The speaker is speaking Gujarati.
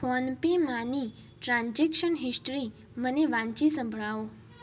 ફોનપેમાંની ટ્રાન્ઝેક્શન હિસ્ટ્રી મને વાંચી સંભળાવો